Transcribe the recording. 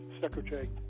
secretary